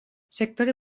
sektore